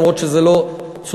למרות שזה לא צודק.